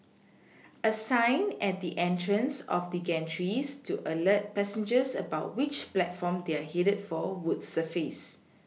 a sign at the entrance of the gantries to alert passengers about which platform they are headed for would suffice